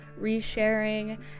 resharing